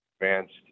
advanced